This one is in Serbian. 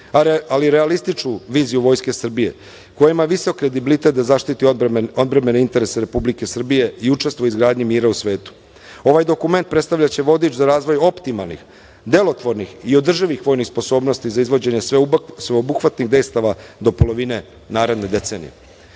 ali realističnu viziju Vojske Srbije koja ima visok kredibilitet da zaštiti odbrambene interese Republike Srbije i učestvuje u izgradnji mira u svetu. Ovaj dokument predstavljaće vodič za razvoj optimalnih, delotvornih i održivih vojnih sposobnosti za izvođenje sveobuhvatnih dejstava do polovine naredne decenije. Posebna